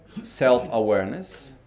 self-awareness